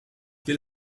bill